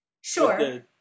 Sure